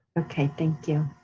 okay, thank you.